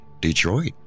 Detroit